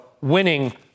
winning